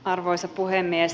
arvoisa puhemies